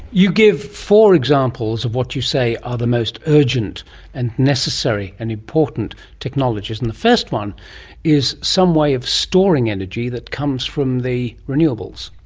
you give four examples of what you say are the most urgent and necessary and important technologies, and the first one is some way of storing energy that comes from the renewables.